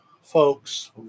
folks